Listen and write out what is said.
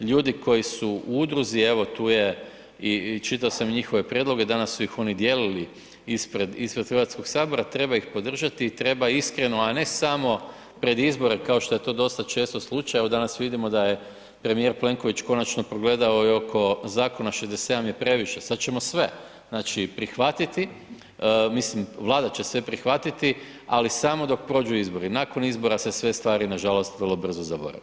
Ljudi koji su u udruzi, evo tu je i čitao sam njihove prijedloge, danas su ih oni dijelili ispred HS, treba ih podržati, treba iskreno, a ne samo pred izbore kao što je to dosta često slučaj, evo danas vidimo da je premijer Plenković konačno progledao i oko Zakona „67 je previše“, sad ćemo sve znači prihvatiti, mislim Vlada će sve prihvatiti, ali samo dok prođu izbori, nakon izbora se sve stvari nažalost vrlo brzo zaborave.